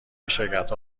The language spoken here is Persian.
شرکتها